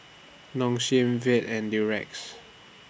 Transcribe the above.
Nong Shim Veet and Durex